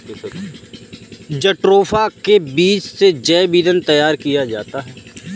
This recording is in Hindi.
जट्रोफा के बीज से जैव ईंधन तैयार किया जाता है